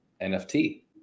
NFT